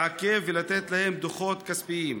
לעכב אותם ולתת להם דוחות כספיים.